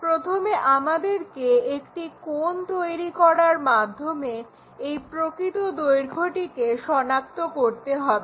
প্রথমে আমাদেরকে একটি কোণ তৈরি করার মাধ্যমে এই প্রকৃত দৈর্ঘ্যটিকে সনাক্ত করতে হবে